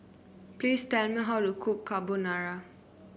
please tell me how to cook Carbonara